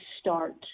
start